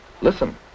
Listen